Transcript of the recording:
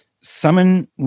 summon